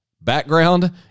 background